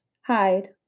hide